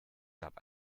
gab